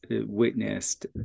witnessed